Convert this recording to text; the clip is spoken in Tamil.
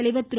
தலைவர் திரு